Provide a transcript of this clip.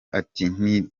ati